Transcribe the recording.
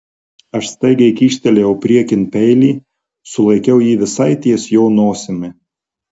aš staigiai kyštelėjau priekin peilį sulaikiau jį visai ties jo nosimi